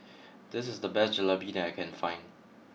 this is the best Jalebi that I can find